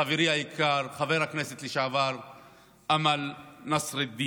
חברי היקר חבר הכנסת לשעבר אמל נסראלדין.